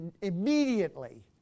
immediately